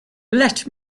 let